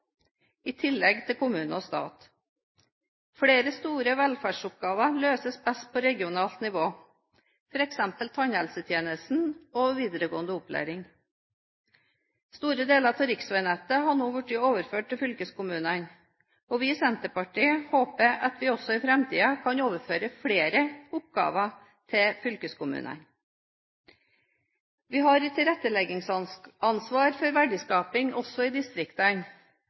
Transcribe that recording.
i tillegg til kommune og stat. Flere store velferdsoppgaver løses best på regionalt nivå, f.eks. tannhelsetjenesten og videregående opplæring. Store deler av riksveinettet har nå blitt overført til fylkeskommunene, og vi i Senterpartiet håper at vi også i framtiden kan overføre flere oppgaver til fylkeskommunen. Vi har et tilretteleggingsansvar for verdiskaping også i distriktene,